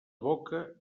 boca